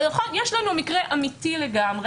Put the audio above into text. יש לנו מקרה אמיתי לגמרי.